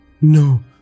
No